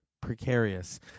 precarious